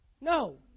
No